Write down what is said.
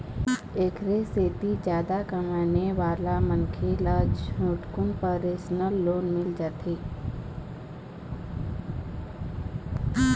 एखरे सेती जादा कमाने वाला मनखे ल झटकुन परसनल लोन मिल जाथे